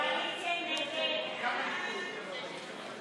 קבוצת סיעת ישראל ביתנו וקבוצת